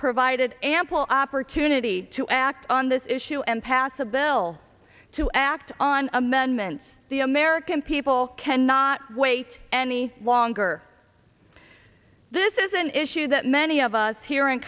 provided ample opportunity to act on this issue and pass a bill to act on amendments the american people cannot wait any longer this is an issue that many of us here in